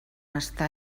està